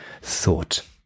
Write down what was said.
thought